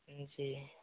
जी